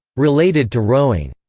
related to rowing,